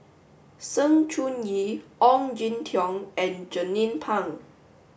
Sng Choon Yee Ong Jin Teong and Jernnine Pang